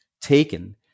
taken